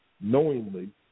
knowingly